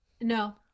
No